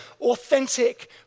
Authentic